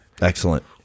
Excellent